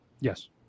Yes